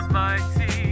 mighty